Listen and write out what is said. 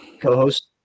co-host